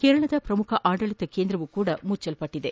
ಕೇರಳದ ಪ್ರಮುಖ ಆಡಳಿತ ಕೇಂದ್ರವೂ ಸಹ ಮುಚ್ಚಲ್ಪಟ್ಟದೆ